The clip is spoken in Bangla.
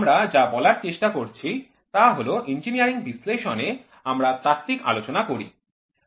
আমরা যা বলার চেষ্টা করছি তা হল ইঞ্জিনিয়ারিং বিশ্লেষণে আমরা তাত্ত্বিক আলোচনা করি